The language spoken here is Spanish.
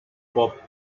pop